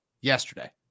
yesterday